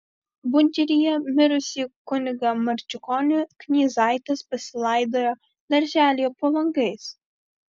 bunkeryje mirusį kunigą marčiukonį knyzaitės pasilaidojo darželyje po langais